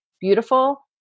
beautiful